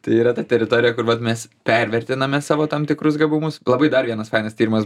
tai yra ta teritorija kur vat mes pervertinam savo tam tikrus gabumus labai dar vienas fainas tyrimas